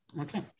Okay